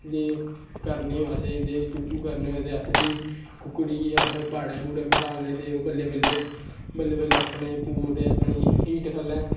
करने चूचू करने आं ते कुक्कड़ी फ्ही पाड़ै पूड़ै बठान्नें ते बल्लै बल्लै पूरी अपनी हीट ख'ल्ल